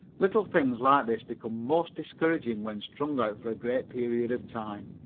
little things like this become most discouraging when strung out for a great period of time.